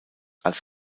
als